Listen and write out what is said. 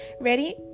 Ready